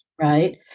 right